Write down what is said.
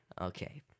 Okay